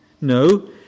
No